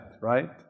right